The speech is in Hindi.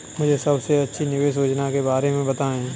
मुझे सबसे अच्छी निवेश योजना के बारे में बताएँ?